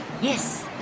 Yes